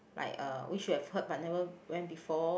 like uh which we have heard but never went before